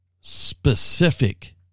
specific